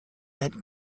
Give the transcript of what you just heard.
that